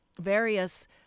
various